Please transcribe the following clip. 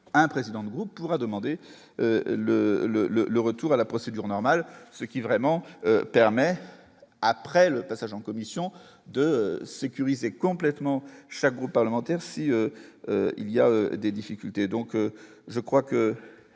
un président de groupe pourra demander le le le le retour à la procédure normale, ce qui vraiment permet après le passage en commission de sécuriser complètement chaque groupe parlementaire si il y a des difficultés, donc je crois que